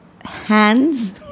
Hands